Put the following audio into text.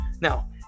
Now